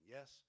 Yes